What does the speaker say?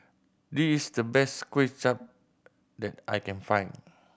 this is the best Kuay Chap that I can find